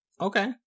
Okay